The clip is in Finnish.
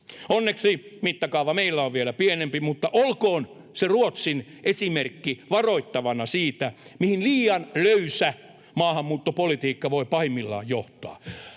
Onneksi mittakaava meillä on vielä pienempi, mutta olkoon se Ruotsin esimerkki varoittavana siitä, mihin liian löysä maahanmuuttopolitiikka voi pahimmillaan johtaa.